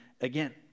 again